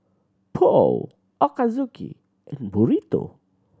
Pho Ochazuke and Burrito